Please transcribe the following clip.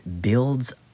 Builds